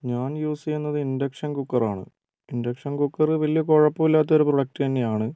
ഞാൻ യൂസ് ചെയുന്നത് ഇൻ്റക്ഷൻ കുക്കറാണ് ഇൻ്റക്ഷൻ കുക്കർ വലിയ കുഴപ്പമില്ലാത്ത ഒരു പ്രൊഡക്ട് തന്നെ ആണ്